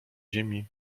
ziemi